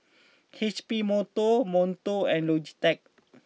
H P Monto Monto and Logitech